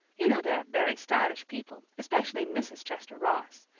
you know they are very stylish people, especially mrs. chester ross.